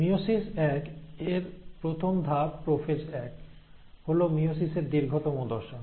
meiosis এক এর প্রথম ধাপ প্রোফেজ এক হল মিয়োসিসের দীর্ঘতম দশা